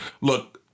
Look